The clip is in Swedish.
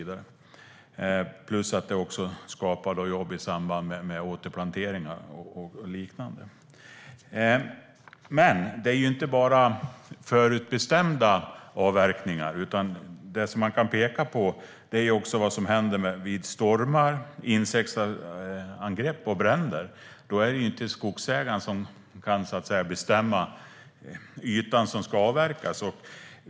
Dessutom skapas jobb i samband med återplanteringar och liknande. Men det är inte bara förutbestämda avverkningar som sker, utan man kan också peka på vad som händer vid stormar, insektsangrepp och bränder. Då kan inte skogsägaren bestämma ytan som ska avverkas.